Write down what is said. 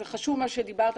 זה חשוב מה שדיברת.